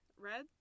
Red